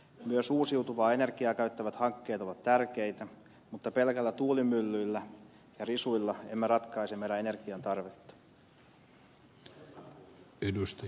myös uusiutuvaa energiaa käyttävät hankkeet ovat tärkeitä mutta pelkillä tuulimyllyillä ja risuilla emme ratkaise meidän energian tarvettamme